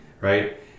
right